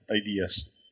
ideas